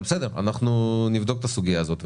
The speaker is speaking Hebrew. אנחנו נבדוק את הסוגיה הזאת,